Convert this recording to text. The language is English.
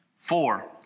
Four